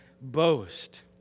boast